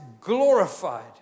glorified